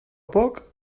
poc